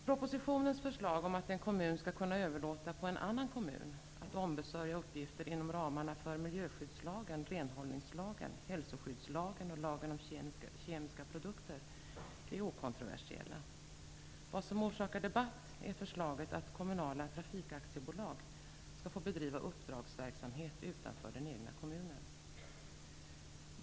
Propositionens förslag om att en kommun skall kunna överlåta på en annan kommun att ombesörja uppgifter inom ramarna för miljöskyddslagen, renhållningslagen, hälsoskyddslagen och lagen om kemiska produkter är okontroversiella. Vad som orsakar debatt är förslaget att kommunala trafikaktiebolag skall få bedriva uppdragsverksamhet utanför den egna kommunen.